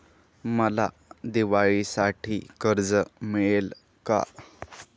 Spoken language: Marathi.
मला दिवाळीसाठी कर्ज मिळेल का?